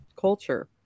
culture